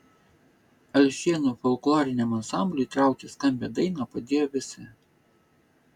alšėnų folkloriniam ansambliui traukti skambią dainą padėjo visi